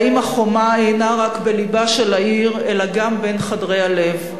והאם החומה אינה רק בלבה של העיר אלא גם בין חדרי הלב,